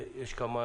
יש כמה